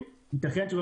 אבל האמת צריכה להיאמר.